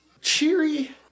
Cheery